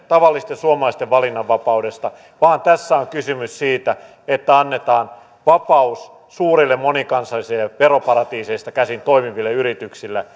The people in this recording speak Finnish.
tavallisten suomalaisten valinnanvapaudesta vaan tässä on kysymys siitä että annetaan vapaus suurille monikansallisille veroparatiiseista käsin toimiville yrityksille